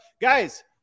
Guys